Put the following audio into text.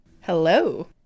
Hello